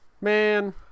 man